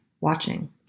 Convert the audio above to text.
watching